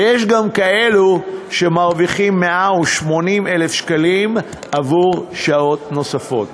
ויש גם כאלה שמרוויחים 180,000 שקלים עבור שעות נוספות.